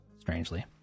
Strangely